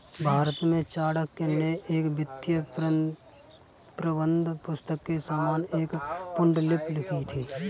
भारत में चाणक्य ने एक वित्तीय प्रबंधन पुस्तक के समान एक पांडुलिपि लिखी थी